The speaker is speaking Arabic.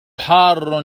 حار